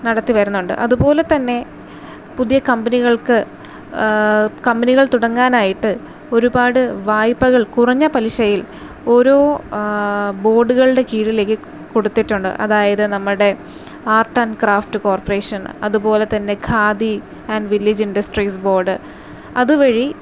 നടത്തി വരുന്നുണ്ട് അതുപോലെ തന്നെ പുതിയ കമ്പനികൾക്ക് കമ്പനികൾ തുടങ്ങാനായിട്ട് ഒരുപാട് വായ്പകൾ കുറഞ്ഞ പലിശയിൽ ഓരോ ബോർഡുകളുടെ കീഴിലേക്ക് കൊടുത്തിട്ടുണ്ട് അതായത് നമ്മുടെ ആർട്ട് ആൻഡ് ക്രാഫ്റ്റ് കോർപ്പറേഷൻ അതുപോലെ തന്നെ Khadi and village industries board അതുവഴി